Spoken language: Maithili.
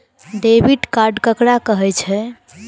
डेबिट कार्ड ककरा कहै छै?